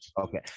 Okay